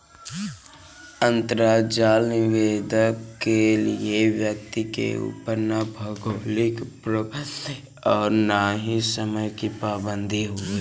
अंतराजाल लेनदेन के लिए व्यक्ति के ऊपर ना भौगोलिक पाबंदी है और ना ही समय की पाबंदी है